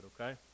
okay